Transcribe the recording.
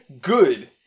Good